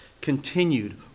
continued